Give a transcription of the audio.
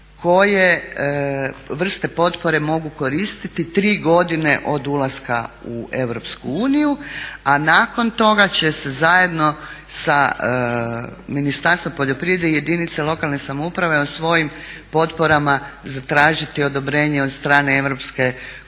koje vrste potpore mogu koristiti tri godine od ulaska u EU, a nakon toga će se zajedno sa Ministarstvom poljoprivrede i jedinice lokalne samouprave o svojim potporama zatražiti odobrenje od strane